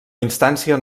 instància